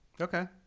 Okay